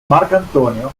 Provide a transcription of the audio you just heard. marcantonio